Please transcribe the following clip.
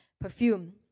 perfume